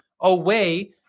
away